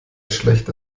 schlecht